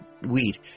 weed